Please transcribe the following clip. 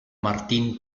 martín